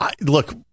Look